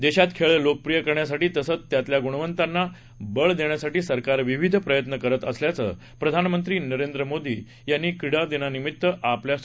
देशात खेळ लोकप्रिय करण्यासाठी तसंच यातल्या गुणवतांना बळ देण्यासाठी सरकार विविध प्रयत्न करत असल्याचं प्रधानमंत्री नरेंद्र मोदी यांनी क्रीडा दिनानिमित्तच्या आपल्या संदेशात म्हटलं आहे